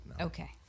Okay